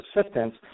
assistance